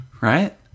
Right